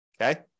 Okay